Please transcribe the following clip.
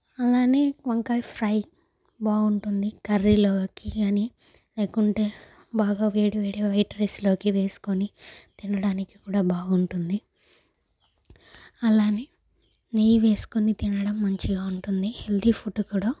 అలానే వంకాయ ఫ్రై బాగుంటుంది కర్రీలోకి అని లేకుంటే బాగా వేడివేడి వైట్ రైస్లోకి వేసుకొని తినడానికి కూడా బాగుంటుంది అలాగే నెయ్యి వేసుకొని తినడం మంచిగా ఉంటుంది హెల్తి ఫుడ్ కూడా